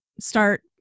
start